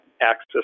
access